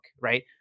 right